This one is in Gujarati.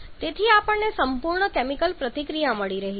તેથી આપણને સંપૂર્ણ કેમિકલ પ્રતિક્રિયા મળી છે